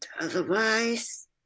otherwise